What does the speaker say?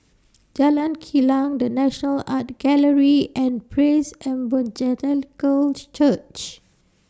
Jalan Kilang The National Art Gallery and Praise Evangelical Church